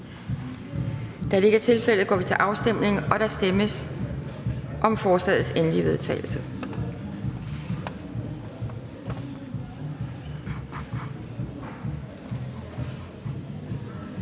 Det er der ikke. Så går vi til afstemning, og der stemmes om lovforslagets endelige vedtagelse,